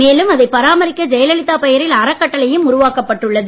மேலும் அதைப் பராமரிக்க ஜெயலலிதா பெயரில் அறக்கட்டளையும் உருவாக்கப் பட்டுள்ளது